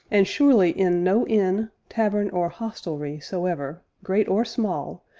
and surely in no inn, tavern, or hostelry soever, great or small,